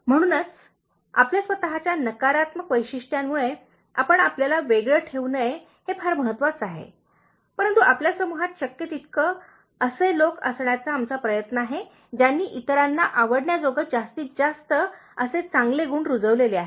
म्हणूनच आपल्या स्वतःच्या नकारात्मक वैशिष्ट्यांमुळे आपण आपल्याला वेगळे ठेवू नये हे फार महत्वाचे आहे परंतु आपल्या समूहात शक्य तितके असे लोक असण्याचा आमचा प्रयत्न आहे ज्यांनी इतरांना आवडण्याजोगे जास्तीत जास्त असे चांगले गुण रुजवलेले आहेत